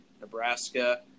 Nebraska